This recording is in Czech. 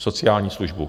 Sociální službu.